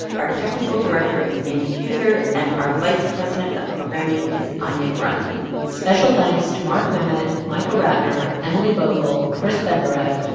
our technical director is andy huether. and our vice president of programming is anya grundmann special thanks to mark memmott, michael ratner, emily bogle, chris benderev,